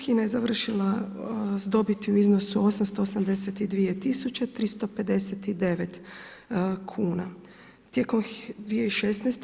HINA je završila s dobiti u iznosu 882 tisuće 359 kuna. tijekom 2016.